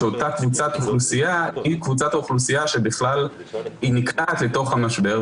שאותה קבוצת אוכלוסייה היא קבוצת האוכלוסייה שנקלעת לתוך המשבר,